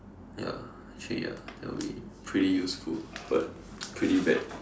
ya actually ya that will be pretty useful but pretty bad